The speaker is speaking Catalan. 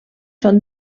són